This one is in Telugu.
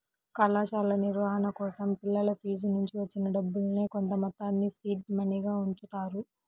కళాశాల నిర్వహణ కోసం పిల్లల ఫీజునుంచి వచ్చిన డబ్బుల్నే కొంతమొత్తాన్ని సీడ్ మనీగా ఉంచుతారు